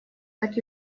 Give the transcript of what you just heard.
так